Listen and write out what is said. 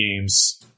games